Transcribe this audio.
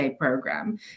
program